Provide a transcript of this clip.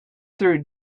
through